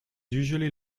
usually